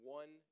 one